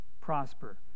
prosper